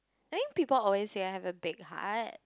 I think people always say I have a big heart